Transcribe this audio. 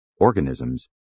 organisms